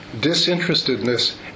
disinterestedness